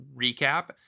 recap